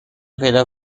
پیدا